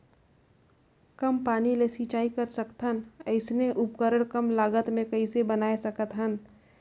कम पानी ले सिंचाई कर सकथन अइसने उपकरण कम लागत मे कइसे बनाय सकत हन?